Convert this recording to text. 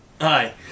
Hi